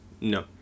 no